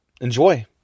Enjoy